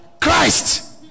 Christ